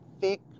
*Thick*